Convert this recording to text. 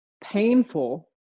painful